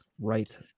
Right